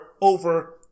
over